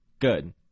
good